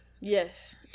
Yes